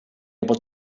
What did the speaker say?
able